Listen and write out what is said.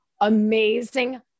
amazing